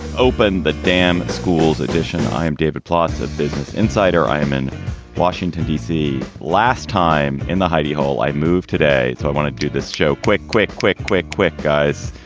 open the damn schools edition. i'm david plotz at business insider. i'm in washington, d c. last time in the hidy hole, i moved today. so i want to do this show. quick, quick, quick, quick, quick. guys,